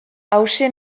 hauxe